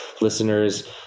listeners